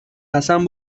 قسم